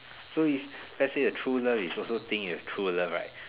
so if let's say the true love is also think you true love right